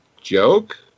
joke